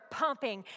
pumping